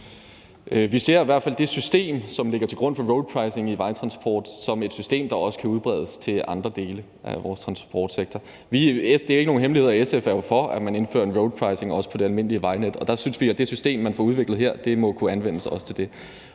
Vi ser i hvert fald det system, som ligger til grund for roadpricing i vejtransport, som et system, der også kan udbredes til andre dele af vores transportsektor. Det er jo ikke nogen hemmelighed, at SF er for, at man indfører en roadpricing også på det almindelige vejnet, og der synes vi, at det system, man får udviklet her, også må kunne anvendes til det.